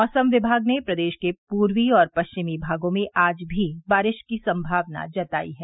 मौसम विभाग ने प्रदेश के पूर्वी और पश्चिमी भागों में आज भी बारिश की सम्भावना जताई है